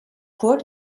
court